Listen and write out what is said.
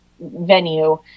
venue